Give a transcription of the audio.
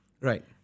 right